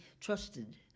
trusted